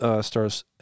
Stars